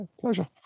Pleasure